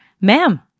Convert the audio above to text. Ma'am